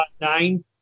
nine